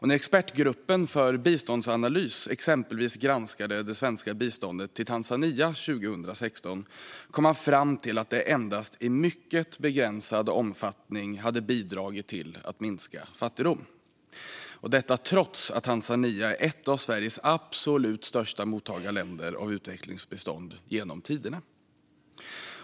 När Expertgruppen för biståndsanalys exempelvis granskade det svenska biståndet till Tanzania 2016 kom man fram till att det endast i mycket begränsad omfattning hade bidragit till att minska fattigdom, detta trots att Tanzania är ett av Sveriges absolut största mottagarländer av utvecklingsbistånd genom tiderna. Fru talman!